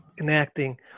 enacting